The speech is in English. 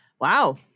Wow